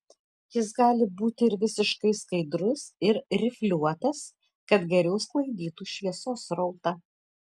jis gali būti ir visiškai skaidrus ir rifliuotas kad geriau sklaidytų šviesos srautą